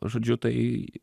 žodžiu tai